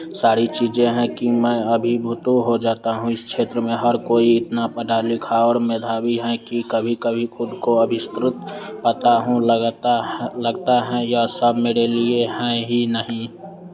सारी चीज़ें हैं कि मैं अभिभूत हो जाता हूँ इस क्षेत्र में हर कोई इतना पढ़ा लिखा और मेधावी है कि कभी कभी खुद को अभिष्कृत पाता हूँ लगाता लगता है यह सब मेरे लिये हैं ही नहीं